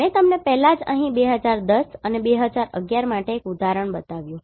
મેં તમને પહેલાથી જ અહીં 2010 અને 11 માટે એક ઉદાહરણ બતાવ્યું છે